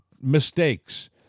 mistakes